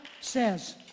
says